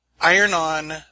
iron-on